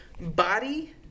Body